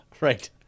Right